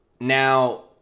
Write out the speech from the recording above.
now